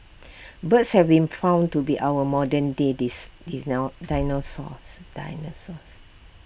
birds have been found to be our modern day dis dis no dinosaurs dinosaurs